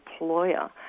employer